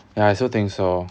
ya I also think so